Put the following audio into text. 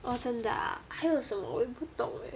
orh 真的 ah 还有什么我也不懂 eh